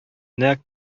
нәкъ